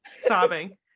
sobbing